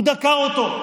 הוא דקר אותו.